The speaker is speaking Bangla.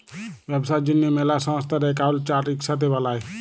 ব্যবসার জ্যনহে ম্যালা সংস্থার একাউল্ট চার্ট ইকসাথে বালায়